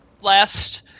last